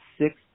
six